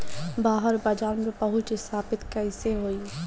बाहर बाजार में पहुंच स्थापित कैसे होई?